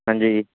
ਹਾਂਜੀ